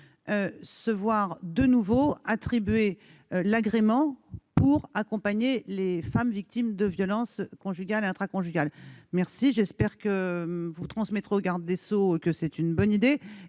se voir de nouveau attribuer l'agrément pour accompagner les femmes victimes de violences conjugales et intraconjugales. Je vous remercie de bien vouloir dire de ma part au garde des sceaux que c'est une bonne idée.